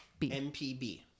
MPB